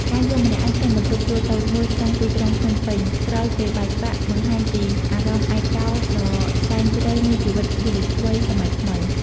ការយំម្នាក់ឯងក្នុងបន្ទប់ជួលតូចមួយក្នុងទីក្រុងភ្នំពេញ ក្រោយពេលបែកបាក់ បង្ហាញពីអារម្មណ៍ឯកោដ៏សែនជ្រៅនៃជីវិតយុវវ័យសម័យថ្មី។